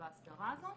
באסדרה הזו,